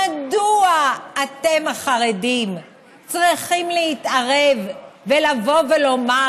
מדוע אתם החרדים צריכים להתערב ולבוא ולומר